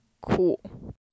cool